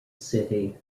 city